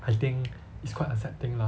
I think it's quite a sad thing lah